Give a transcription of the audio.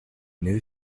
new